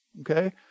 okay